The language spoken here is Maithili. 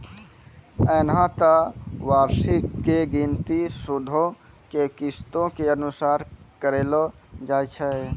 एना त वार्षिकी के गिनती सूदो के किस्तो के अनुसार करलो जाय छै